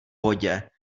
vodě